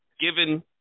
given